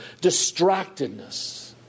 distractedness